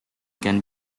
can